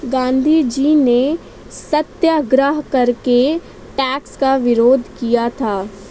गांधीजी ने सत्याग्रह करके टैक्स का विरोध किया था